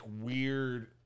weird